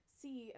see